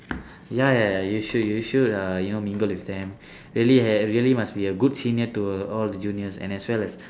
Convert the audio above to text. ya ya ya you should you should uh you know mingle with them really uh really must be a good senior to all the juniors and as well as